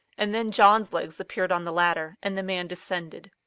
and then john's legs appeared on the ladder, and the man descended.